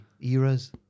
eras